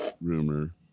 rumor